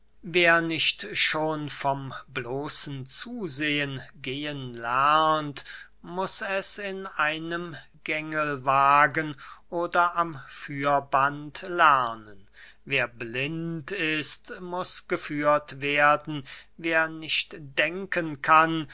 wer nicht schon von bloßem zusehen gehen lernt muß es in einem gängelwagen oder am führband lernen wer blind ist muß geführt werden wer nicht denken kann